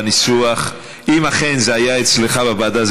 אם אכן זה היה אצלך בוועדה,